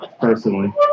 Personally